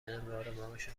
امرارمعاش